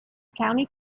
county